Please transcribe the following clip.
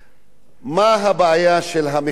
מה הבעיה של המחאה הזו?